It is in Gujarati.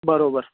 બરાબર